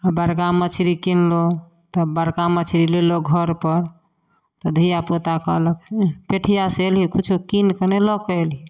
आ बड़का मछरी कीनलहुॅं तब बड़का मछरी लेलहुॅं घर पर तऽ धियापुता कहलक ऊह पेठिया से एलही किछो कीन कऽ नहि लऽ कऽ एलही